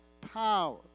power